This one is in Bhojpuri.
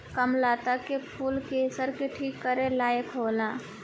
कामलता के फूल कैंसर के ठीक करे लायक होला